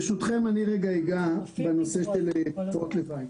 ברשותכם, אני רגע אגע בנושא של תופעות לוואי.